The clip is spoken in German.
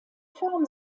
form